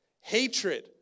Hatred